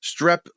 strep